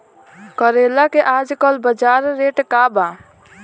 करेला के आजकल बजार रेट का बा?